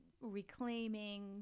reclaiming